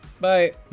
Bye